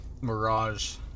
mirage